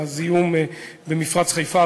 הזיהום במפרץ חיפה,